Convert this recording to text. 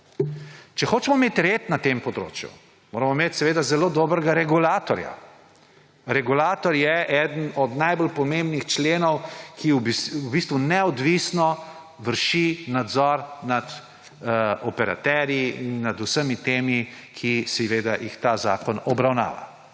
Če hočemo imeti red na tem področju, moramo imeti seveda zelo dobrega regulatorja. Regulator je eden od najbolj pomembnih členov, ki v bistvu neodvisno vrši nadzor nad operaterji, nad vsemi temi, ki seveda jih ta zakon obravnava.